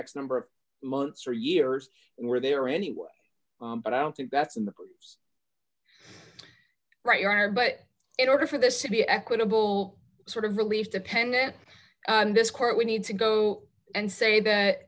x number of months or years were there anyway but i don't think that's in the right yard but in order for the city equitable sort of relief dependent on this court we need to go and say that